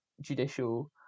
judicial